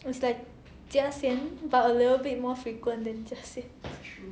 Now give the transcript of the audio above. it's like jiaxian but a little bit more frequently than jiaxian